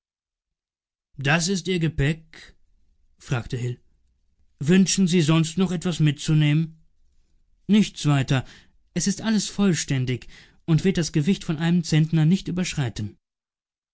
das ist ihr gepäck fragte hil wünschen sie sonst noch etwas mitzunehmen nichts weiter es ist alles vollständig und wird das gewicht von einem zentner nicht überschreiten